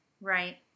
Right